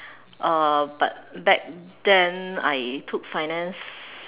uh but back then I took finance